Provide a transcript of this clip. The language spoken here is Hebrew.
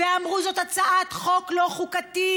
ואמרו: זאת הצעת חוק לא חוקתית.